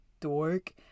dork